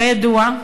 כידוע,